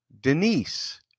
Denise